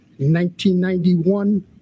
1991